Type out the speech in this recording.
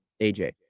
AJ